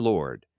Lord